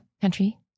Country